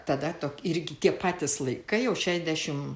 tada to irgi tie patys laikai jau šešiasdešimt